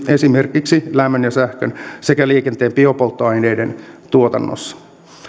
esimerkiksi lämmön ja sähkön sekä liikenteen biopolttoaineiden tuotannossa